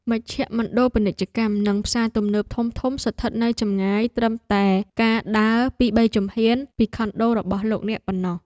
មជ្ឈមណ្ឌលពាណិជ្ជកម្មនិងផ្សារទំនើបធំៗស្ថិតនៅចម្ងាយត្រឹមតែការដើរពីរបីជំហានពីខុនដូរបស់លោកអ្នកប៉ុណ្ណោះ។